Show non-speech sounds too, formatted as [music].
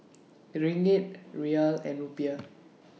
Ringgit Riyal and Rupiah [noise]